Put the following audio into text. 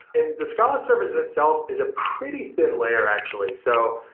and the scale service itself is a pretty thin layer actually. so,